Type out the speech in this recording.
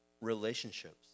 relationships